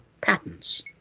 patterns